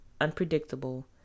unpredictable